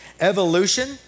Evolution